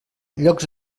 llocs